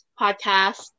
podcast